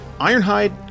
Ironhide